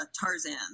Tarzan